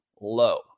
low